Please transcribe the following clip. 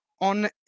on